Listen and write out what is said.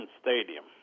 Stadium